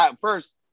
first